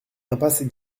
impasse